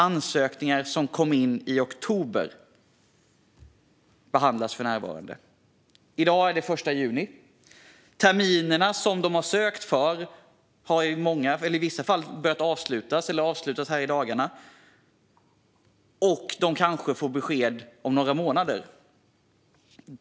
Ansökningar som kom in i oktober behandlas för närvarande. I dag är det den 1 juni. Terminerna de gäller har i vissa fall börjat avslutas, eller avslutas i dagarna, och de sökande kanske får besked om några månader.